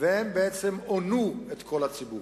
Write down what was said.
והם בעצם הונו את כל הציבור.